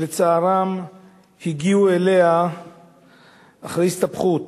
שלצערם הגיעו אליה אחרי הסתבכות